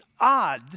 odd